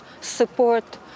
support